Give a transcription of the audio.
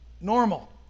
normal